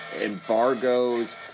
embargoes